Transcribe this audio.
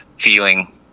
feeling